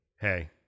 hey